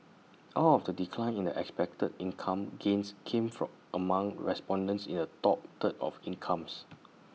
all of the decline in expected income gains came from among respondents in the top third of incomes